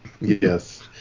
Yes